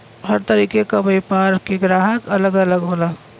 हर तरीके क व्यापार के ग्राहक अलग अलग होला